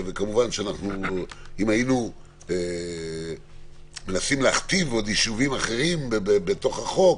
ואם היינו מנסים להכתיב ישובים אחרים בתוך החוק,